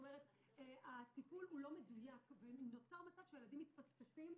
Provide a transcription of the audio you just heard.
כלומר הטיפול לא מדויק ונוצר מצב שהילדים מתפספסים,